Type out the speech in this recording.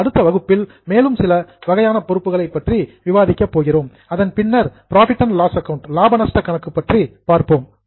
நமது அடுத்த வகுப்பில் மேலும் சில வகையான பொறுப்புகளைப் பற்றி விவாதிக்கப் போகிறோம் அதன் பின்னர் புரோஃபிட் அண்ட் லாஸ் ஆக்கவுண்ட் லாப நஷ்ட கணக்கு பற்றி பார்ப்போம்